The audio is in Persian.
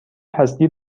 فصلی